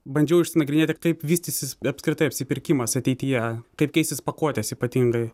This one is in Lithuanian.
bandžiau išsinagrinėti kaip vystysis apskritai apsipirkimas ateityje kaip keisis pakuotės ypatingai